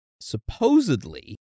supposedly